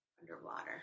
underwater